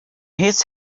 his